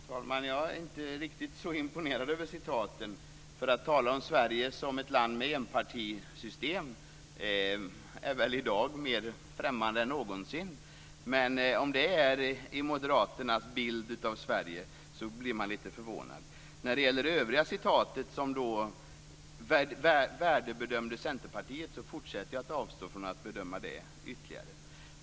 Fru talman! Jag är inte riktigt så imponerad över citaten. Att tala om Sverige som ett land med enpartisystem är väl i dag mer främmande än någonsin. Om det är Moderaternas bild av Sverige blir man lite förvånad. När det gäller det övriga citatet, som värdebedömde Centerpartiet, fortsätter jag att avstå från att bedöma det ytterligare.